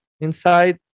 inside